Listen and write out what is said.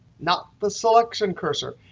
not the selection cursor.